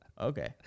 okay